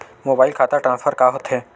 Mobile खाता transfer का होथे?